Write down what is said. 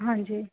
ਹਾਂਜੀ